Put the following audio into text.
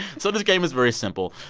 so this game is very simple.